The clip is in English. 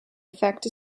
effect